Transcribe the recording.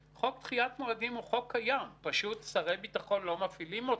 המילואים, אני לא מבין.